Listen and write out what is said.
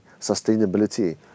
sustainability